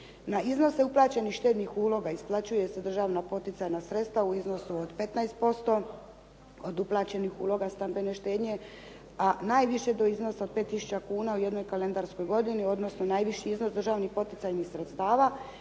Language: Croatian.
Na iznose uplaćenih štednih uloga isplaćuju se državna poticajna sredstva u iznosu od 15% od uplaćenih uloga stambene štednje, a najviše do iznosa od 5 tisuća kuna u jednoj kalendarskoj godini, odnosno najviši iznos državnih poticajnih sredstava